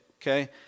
okay